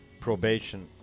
probation